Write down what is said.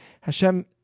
Hashem